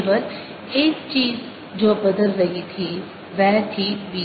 केवल एक चीज जो बदल रही थी वह थी B